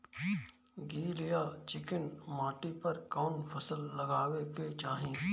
गील या चिकन माटी पर कउन फसल लगावे के चाही?